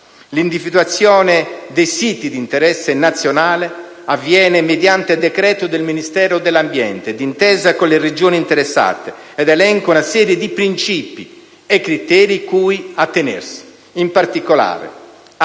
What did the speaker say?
L'individuazione dei siti di interesse nazionale avviene mediante decreto del Ministro dell'ambiente, d'intesa con le Regioni interessate, ed elenca una serie di principi e criteri direttivi cui attenersi. In particolare, gli